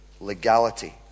legality